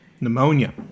Pneumonia